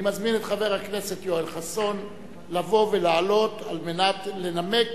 אני מזמין את חבר הכנסת יואל חסון לבוא ולעלות על מנת לנמק